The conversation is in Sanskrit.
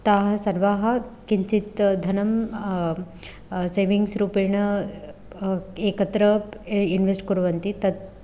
ताः सर्वाः किञ्चित् धनं सेविङ्ग्स् रूपेण एकत्र ए इन्वेस्ट् कुर्वन्ति तत्